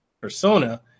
Persona